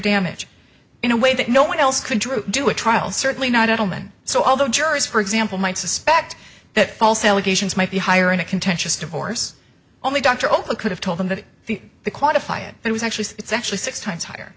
damage in a way that no one else could do a trial certainly not at home and so although juries for example might suspect that false allegations might be higher in a contentious divorce only dr open could have told them that the quantify it it was actually it's actually six times higher